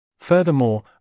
Furthermore